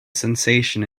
sensation